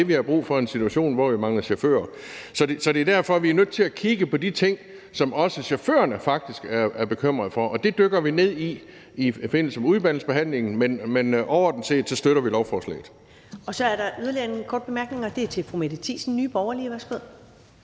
ligefrem det, vi har brug for i en situation, hvor vi mangler chauffører. Så det er derfor, vi er nødt til at kigge på de ting, som også chaufførerne faktisk er bekymrede for, og det dykker vi ned i i forbindelse med udvalgsbehandlingen. Men overordnet set støtter vi lovforslaget. Kl. 14:35 Første næstformand (Karen Ellemann): Så er der yderligere en kort bemærkning, og den er fra fru Mette Thiesen, Nye Borgerlige. Værsgo.